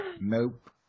Nope